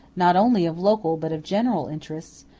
not only of local but of general interests,